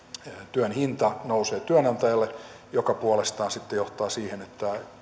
työn hinta nousee työnantajalle mikä puolestaan johtaa siihen että